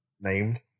named